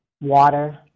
water